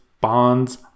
bonds